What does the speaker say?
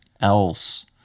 else